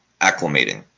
acclimating